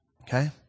Okay